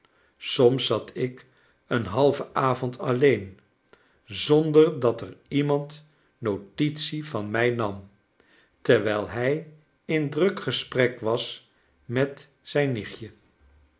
soms zat ik een halven avond alleen zonder dat er iemand notitie van mij nam terwijl hij in druk gesprek was met zijn nichtje